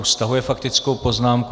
Stahuje faktickou poznámku.